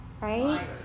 right